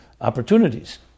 opportunities